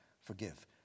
forgive